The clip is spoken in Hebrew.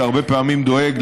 שהרבה פעמים דואג,